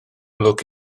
lwc